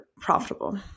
profitable